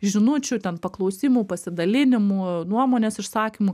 žinučių ten paklausimų pasidalinimų nuomonės išsakymų